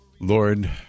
Lord